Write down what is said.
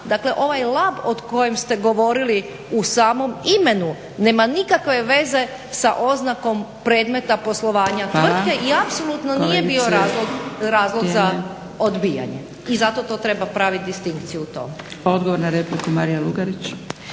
Dakle, ovaj … o kojem ste govorili u samom imenu nema nikakve veze sa oznakom predmeta poslovanja tvrtke i apsolutno nije bio razlog za odbijanje. I zato to treba praviti distinkciju u tome. **Zgrebec, Dragica